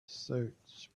search